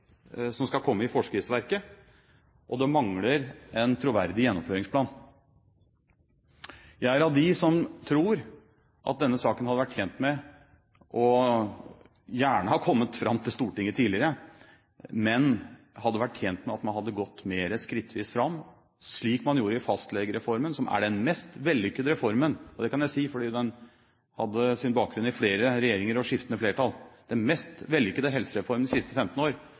som skal komme i forskriftsverket, og det mangler en troverdig gjennomføringsplan. Jeg er av dem som tror at denne saken hadde vært tjent med å ha kommet fram til Stortinget tidligere, men den hadde vært tjent med at man hadde gått mer skrittvis fram, slik man gjorde med fastlegereformen, som er den mest vellykkede helsereformen de siste 15 år. Det kan jeg si fordi den hadde sin bakgrunn i flere regjeringer og skiftende flertall